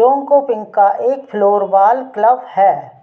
Jonkoping का एक floorball club है